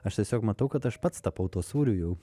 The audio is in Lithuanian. aš tiesiog matau kad aš pats tapau tuo sūriu jau